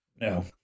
No